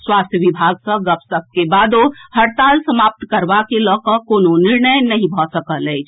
स्वास्थ्य विभाग सॅ गपसप के बादो हड़ताल समाप्त करबा के लऽकऽ कोनो निर्णय नहि भऽ सकल अछि